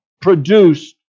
produced